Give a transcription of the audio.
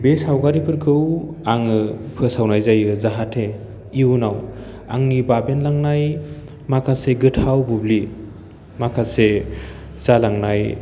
बे सावगारिफोरखौ आङो फोसावनाय जायो जाहाथे इयुनाव आंनि बाबेनलांनाय माखासे गोथाव बुब्लि माखासे जालांनाय